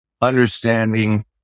understanding